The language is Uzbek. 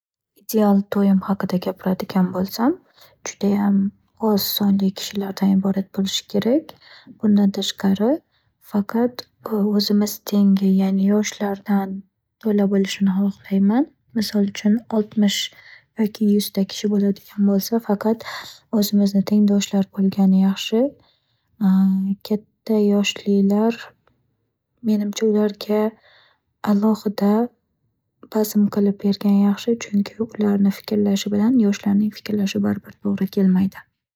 Ideal to'yim haqida gapiradigan bo'lsam, judayam oz sonli kishilardan iborat bo'lishi kerak. Bundan tashqari, faqat o'zimiz tengi ya'ni yoshlardan to'la bo'lishini xoxlayman. Misol uchun, oltmish yoki yuzta kishi bo'ladigan bo'lsa, faqat o'zimizni tengdoshlar bo'lgani yaxshi. Katta yoshlilar, menimcha ularga alohida bazm qilib bergan yaxshi. Chunki ularni fikrlashi bilan yoshlarni fikrlashi baribir to'g'ri kelmaydi.